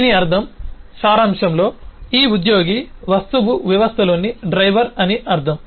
దీని అర్థం సారాంశంలో ఈ ఉద్యోగి వస్తువు వ్యవస్థలోని డ్రైవర్ అని అర్థం